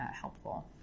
helpful